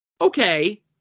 Okay